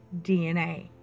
DNA